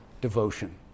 devotion